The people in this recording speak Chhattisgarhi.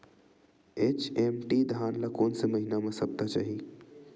एच.एम.टी धान ल कोन से महिना म सप्ता चाही?